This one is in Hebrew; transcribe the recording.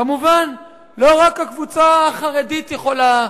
כמובן, לא רק הקבוצה החרדית יכולה